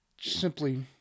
simply